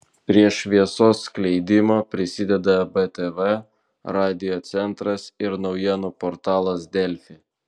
prie šviesos skleidimo prisideda btv radiocentras ir naujienų portalas delfi